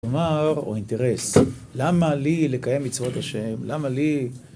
כלומר, או אינטרס, למה לי לקיים מצוות השם? למה לי...